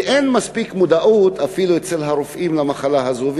כי אין מספיק מודעות אפילו אצל הרופאים למחלה הזאת.